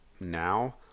now